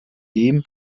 dem